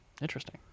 Interesting